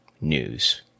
news